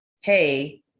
hey